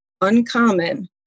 uncommon